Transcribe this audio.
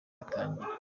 ritangira